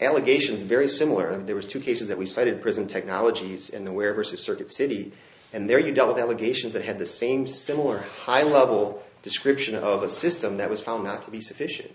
allegations very similar there were two cases that we cited present technologies in the where versus circuit city and there you dealt with allegations that had the same similar high level description of a system that was found not to be sufficient